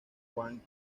juan